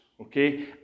okay